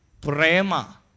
prema